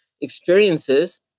experiences